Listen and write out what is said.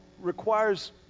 requires